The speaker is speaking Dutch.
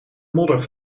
modder